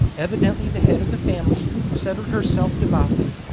evidently the head of the family, settled herself devoutly,